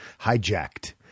hijacked